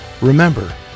remember